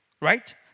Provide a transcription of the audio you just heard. Right